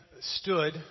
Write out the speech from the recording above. stood